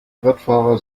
radfahrer